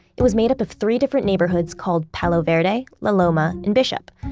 it was made up of three different neighborhoods called palo verde, la loma, and bishop.